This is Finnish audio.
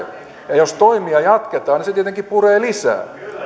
ja jos toimia jatketaan niin se tietenkin puree lisää